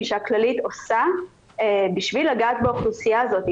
שהכללית עושה בשביל לגעת באוכלוסייה הזאת,